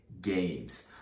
games